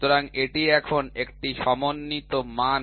সুতরাং এটি এখন একটি সমন্বিত মান